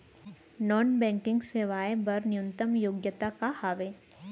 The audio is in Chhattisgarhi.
नॉन बैंकिंग सेवाएं बर न्यूनतम योग्यता का हावे?